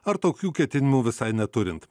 ar tokių ketinimų visai neturint